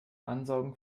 ansaugen